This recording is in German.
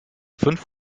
fünf